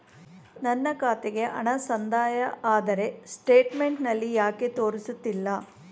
ನನ್ನ ಖಾತೆಗೆ ಹಣ ಸಂದಾಯ ಆದರೆ ಸ್ಟೇಟ್ಮೆಂಟ್ ನಲ್ಲಿ ಯಾಕೆ ತೋರಿಸುತ್ತಿಲ್ಲ?